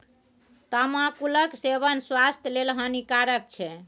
तमाकुलक सेवन स्वास्थ्य लेल हानिकारक छै